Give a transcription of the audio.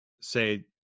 say